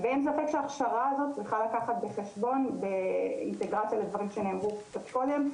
אין ספק שההכשרה הזו צריכה לקחת בחשבון באינטגרציה לדברים שנאמרו קודם,